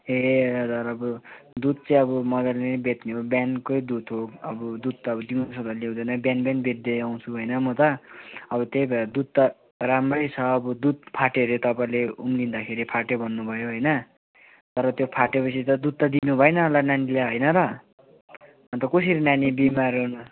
ए हजुर अब दुध चाहिँ अब मज्जाले नै बेच्ने हो बिहानकै दुध हो अब दुध त अब दिउँसोको ल्याउँदैन बिहान बिहान बेच्दै आउँछु होइन म त अब त्यही भएर दुध त राम्रै छ अब दुध फाट्यो हरे तपाईँले उम्लिँदाखेरि फाट्यो भन्नुभयो होइन तर त्यो फाटेपछि त दुध त दिनु भएन होला नानीलाई होइन र अन्त कसरी नानी बिमार